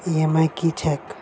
EMI की छैक?